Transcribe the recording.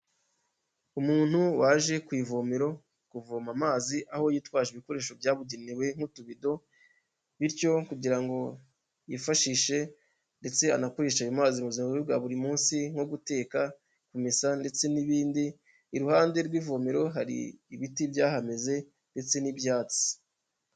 Umuntu waje ku ivomero kuvoma amazi aho yitwaje ibikoresho byabugenewe nk'utubido bityo kugira ngo yifashishe ndetse anakoreshe ayo mazi mu buzima bwa buri munsi nko: guteka, kumesa ndetse n'ibindi, iruhande rw'ivomero hari ibiti byahameze ndetse n'ibyatsi.